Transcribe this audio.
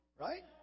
Right